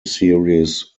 series